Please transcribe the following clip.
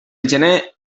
gener